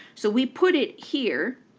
so we put it here.